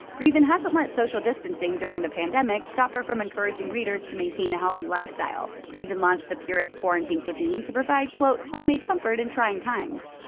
greeven hasn't let social distancing during the pandemic stop her from encouraging readers to maintain a healthy lifestyle. greeven launched the purist's quarantine cuisine to provide, quote, homemade comfort in trying times.